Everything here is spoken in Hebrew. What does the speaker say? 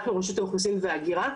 אנחנו רשות האוכלוסין וההגירה,